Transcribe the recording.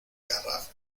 garraf